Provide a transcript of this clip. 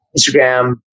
Instagram